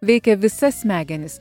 veikia visas smegenis